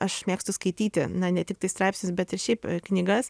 aš mėgstu skaityti na ne tiktai straipsnius bet ir šiaip knygas